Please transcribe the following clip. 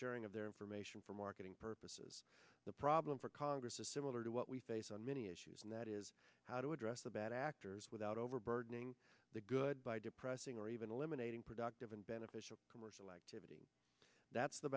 sharing of their information for marketing purposes the problem for congress is similar to what we face on many issues and that is how to address the bad actors without overburdening the good by depressing or even eliminating productive and beneficial commercial activity that's the